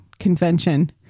convention